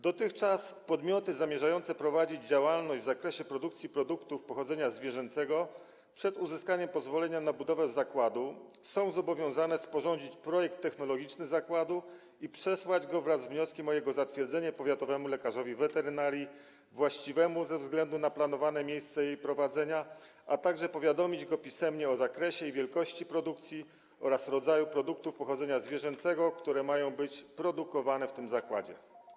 Dotychczas podmioty zamierzające prowadzić działalność w zakresie produkcji produktów pochodzenia zwierzęcego przed uzyskaniem pozwolenia na budowę zakładu były zobowiązane sporządzić projekt technologiczny zakładu i przesłać go wraz z wnioskiem o jego zatwierdzenie powiatowemu lekarzowi weterynarii właściwemu ze względu na planowane miejsce jej prowadzenia, a także powiadomić go pisemnie o zakresie i wielkości produkcji oraz rodzaju produktów pochodzenia zwierzęcego, które mają być produkowane w tym zakładzie.